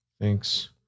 thanks